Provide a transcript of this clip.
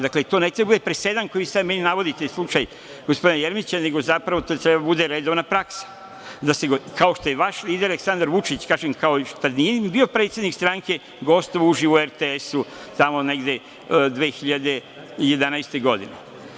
Dakle, to ne treba da bude presedan koji sad meni navodite slučaj gospodina Jeremića, nego zapravo to treba da bude redovna praksa, kao što je vaš lider Aleksandar Vučić, kažem, i kad nije ni bio predsednik stranke gostovao uživo u RTS-u tamo negde 2011. godine.